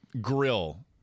Grill